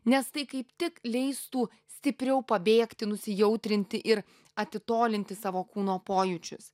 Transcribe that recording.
nes tai kaip tik leistų stipriau pabėgti nusijautrinti ir atitolinti savo kūno pojūčius